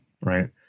right